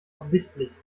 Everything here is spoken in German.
absichtlich